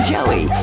Joey